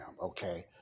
okay